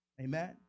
Amen